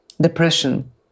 depression